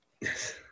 Yes